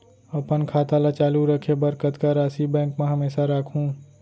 अपन खाता ल चालू रखे बर कतका राशि बैंक म हमेशा राखहूँ?